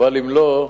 אבל אם לא,